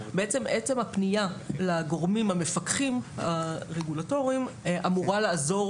בעצם עצם הפנייה לגורמים המפקחים הרגולטורים אמורה לעזור